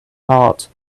art